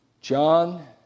John